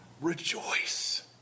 rejoice